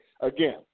again